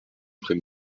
après